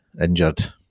injured